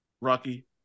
Rocky